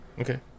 Okay